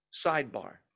Sidebar